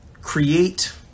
create